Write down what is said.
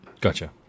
Gotcha